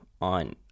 on